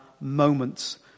moments